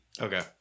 Okay